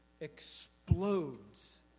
explodes